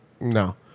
No